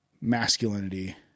masculinity